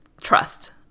trust